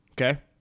Okay